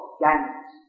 gangs